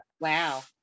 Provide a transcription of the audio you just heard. Wow